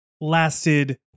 lasted